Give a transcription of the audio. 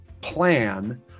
plan